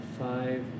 five